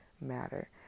matter